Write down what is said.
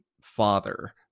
father